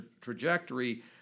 trajectory